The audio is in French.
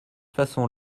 façon